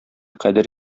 кадер